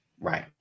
right